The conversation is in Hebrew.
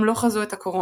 הם לא חזו את הקורונה.